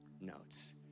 notes